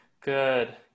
Good